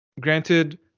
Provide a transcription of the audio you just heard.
Granted